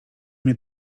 mnie